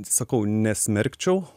sakau nesmerkčiau